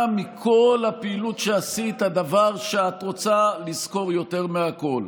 מה מכל הפעילות שעשית הוא הדבר שאת רוצה לזכור יותר מהכול?